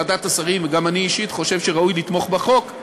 ועדת השרים וגם אני אישית חושבים שראוי לתמוך בחוק,